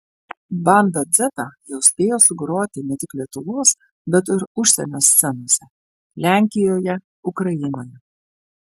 banda dzeta jau spėjo sugroti ne tik lietuvos bet ir užsienio scenose lenkijoje ukrainoje